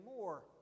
more